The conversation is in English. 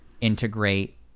integrate